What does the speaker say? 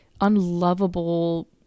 unlovable